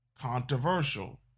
controversial